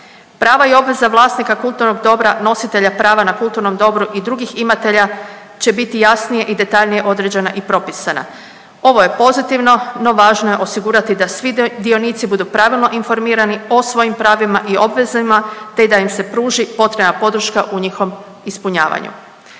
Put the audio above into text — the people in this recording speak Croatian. Prava i obveza vlasnika kulturnog dobra nositelja prava na kulturnom dobru i drugih imatelja će biti jasnije i detaljnije određena i propisana. Ovo je pozitivno, no važno je osigurati da svi dionici budu pravilno informirani o svojim pravima i obvezama te da im se pruži potrebna podrška u njihovom ispunjavanju.